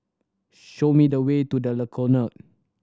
show me the way to The Colonnade